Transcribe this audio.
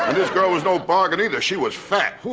and this girl was no bargain either. she was fat.